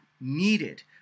needed